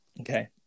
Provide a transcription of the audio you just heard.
Okay